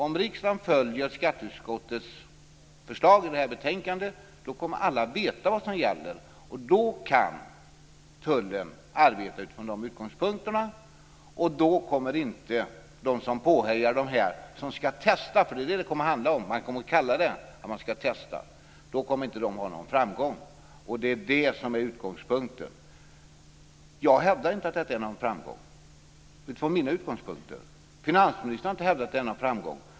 Om riksdagen följer skatteutskottets förslag i det här betänkandet kommer alla att veta vad som gäller. Då kan tullen arbeta utifrån de utgångspunkterna. Då kommer inte de som hejar på dem som ska testa att ha någon framgång. Det är vad det kommer att handla om. Man kommer att kalla det att man ska testa. Det är det som är utgångspunkten. Jag hävdar inte att detta är någon framgång, inte från mina utgångspunkter. Finansministern har inte hävdat att det är någon framgång.